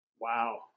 Wow